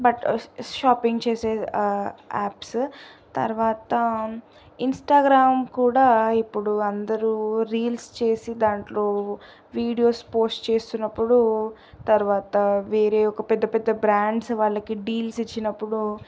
బట్టల్ షాపింగ్ చేసే యాప్సు తర్వాత ఇన్స్టాగ్రామ్ కూడా ఇప్పుడు అందరూ రీల్స్ చేసి దాంట్లో వీడియోస్ పోస్ట్ చేస్తున్నప్పుడు తర్వాత వేరే ఒక పెద్ద పెద్ద బ్రాండ్స్ వాళ్ళకి డీల్స్ ఇచ్చినప్పుడు